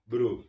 Bro